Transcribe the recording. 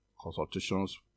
consultations